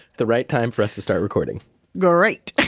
the right time for us to start recording great,